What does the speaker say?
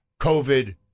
COVID